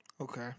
Okay